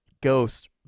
ghost